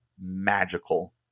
magical